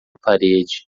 parede